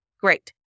Great